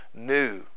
new